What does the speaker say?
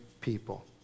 people